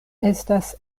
estas